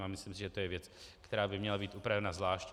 A myslím, že je to věc, která by měla být upravena zvlášť.